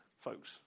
folks